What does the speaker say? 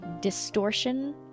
distortion